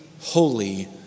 Holy